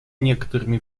некоторыми